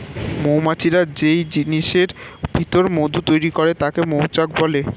মৌমাছিরা যেই জিনিসের ভিতর মধু তৈরি করে তাকে মৌচাক বলে